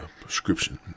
prescription